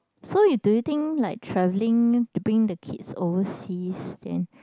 so you do you think like traveling to bring the kids overseas then